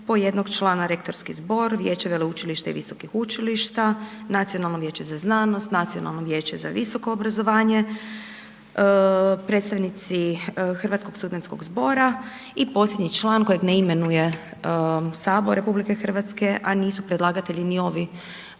po jednog člana rektorski zbor, Vijeće veleučilišta i visokih učilišta, Nacionalno vijeće za znanost, nacionalno vijeće za visoko obrazovanje, predstavnici Hrvatskog studentskog zbora i posljednji član kojeg ne imenuje Sabor RH a nisu predlagatelji ni ovi